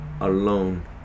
alone